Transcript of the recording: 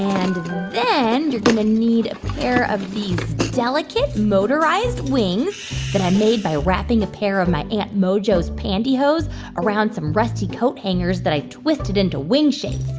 and then you're going to need a pair of these delicate motorized wings that i made by wrapping a pair of my aunt mojo's pantyhose around some rusty coat hangers that i twisted into wing shapes.